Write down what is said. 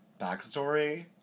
backstory